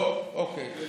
אוקיי.